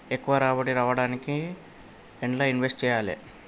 ఎక్కువ రాబడి రావడానికి ఎండ్ల ఇన్వెస్ట్ చేయాలే?